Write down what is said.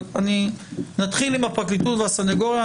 נתחיל עם הפרקליטות והסנגוריה,